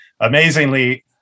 Amazingly